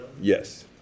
Yes